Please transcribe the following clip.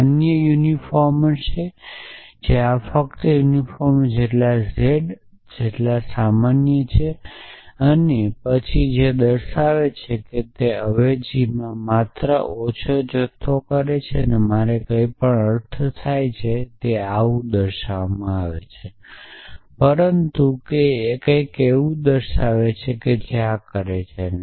ત્યાં અન્યયુનિફોર્મર છે જે ફક્ત આયુનિફોર્મર જેટલા z જેટલા સામાન્ય છે પછી આયુનિફોર્મર છે કારણ કે તે અવેજીની માત્રામાં ઓછો જથ્થો કરે છે મારે કંઈપણ અર્થ થાય છે કે આ પણ કરે છે પરંતુ કંઈક એવું છે જે આ કરે છે જે આ કરતું નથી